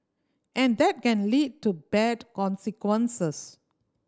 and that can lead to bad consequences